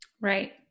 Right